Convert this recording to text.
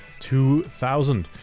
2000